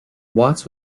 watts